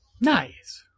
Nice